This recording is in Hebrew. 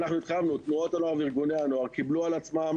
תנועות הנוער וארגוני הנוער קיבלו על עצמם